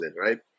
right